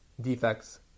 defects